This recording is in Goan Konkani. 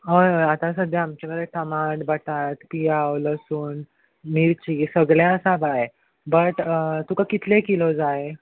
हय हय आतां सद्द्या आमचे कडेन टमाट बटाट पियाव लसूण मिर्ची सगळें आसा बाय बट तुका तुका कितले किलो जाय